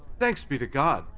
thanks be to god!